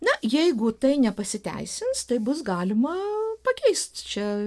na jeigu tai nepasiteisins tai bus galima pakeisti čia